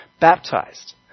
baptized